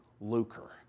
lucre